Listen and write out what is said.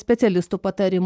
specialistų patarimo